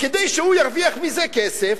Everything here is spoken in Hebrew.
כדי שהוא ירוויח מזה כסף.